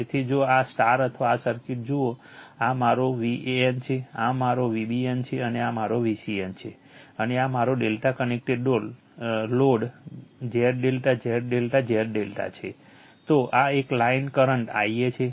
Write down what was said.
તેથી જો આ અથવા આ સર્કિટ જુઓ કે આ મારો Van છે આ મારો Vbn છે અને આ મારો Vcn છે અને આ મારો ∆ connector load Z ∆ Z ∆ Z ∆ છે તો આ એક લાઇન કરંટ Ia છે